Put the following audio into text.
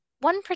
one